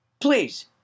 Please